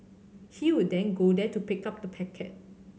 he would then go there to pick up the packet